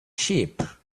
sheep